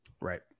Right